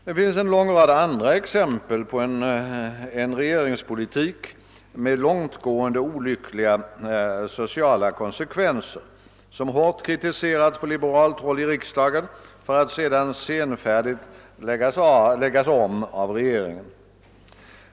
Det finns en lång rad andra exempel på en regeringspolitik med långtgående olyckliga sociala konsekvenser som hårt kritiserats på liberalt håll i riksdagen för att sedan senfärdigt läggas om av regeringen.